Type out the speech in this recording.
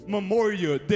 Memorial